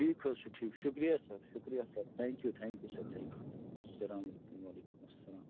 ٹھیٖک حظ چھُ ٹھیٖک شُکریہ سَر شُکریہ sir thank you thank you sir thank you اَلسلامُ علیکُم وعلیکُم السلام